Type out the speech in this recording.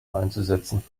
einzusetzen